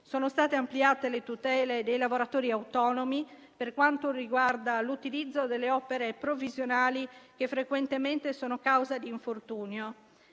Sono state ampliate le tutele dei lavoratori autonomi per quanto riguarda l'utilizzo delle opere provvisionali che frequentemente sono causa di infortunio.